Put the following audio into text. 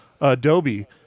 Adobe